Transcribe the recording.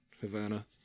Havana